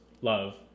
love